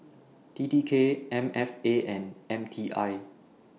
T T K M F A and M T I